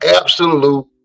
absolute